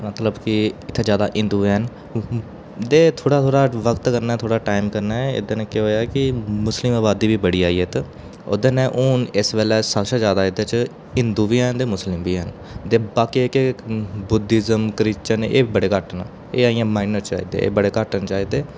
मतलब एह् इ'त्थें जादा हिंदू हैन ते थोह्ड़ा थोह्ड़ा वक्त कन्नै थोह्ड़ा टैम कन्नै इक दिन केह् होया कि मुस्लिम आबादी बी बड़ी आई इत्त ओह्दे कन्नै हून इस बेल्लै सारे शा जादा एह्दे च हिंदू बी हैन ते मुस्लिम बी हैन ते बाकी केह् ऐ कि बुद्धिज़्म क्रिश्चियन एह् बड़े घट्ट न एह् आइयां माइनर च ते बड़े घट्ट न